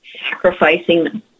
sacrificing